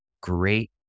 great